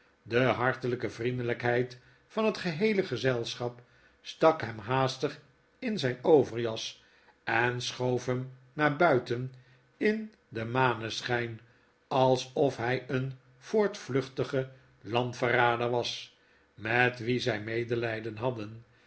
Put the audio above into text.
de hartelpe vriendelykheid van het geheele gezelschap stak hem haastig in zyn overjas en schoof hem naar buiten in den mauescbyn alsof hy een voortvluchtige landverrader was met wien zy medelyden hadden